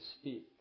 speak